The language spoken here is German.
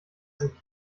sind